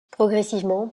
progressivement